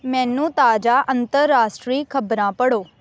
ਮੈਨੂੰ ਤਾਜ਼ਾ ਅੰਤਰਰਾਸ਼ਟਰੀ ਖ਼ਬਰਾਂ ਪੜ੍ਹੋ